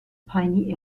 piny